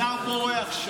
ישר בורח.